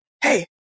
hey